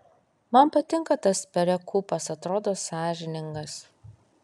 man patinka tas perekūpas atrodo sąžiningas